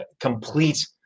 complete